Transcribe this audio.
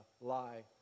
lie